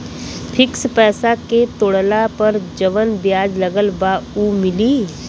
Fix पैसा के तोड़ला पर जवन ब्याज लगल बा उ मिली?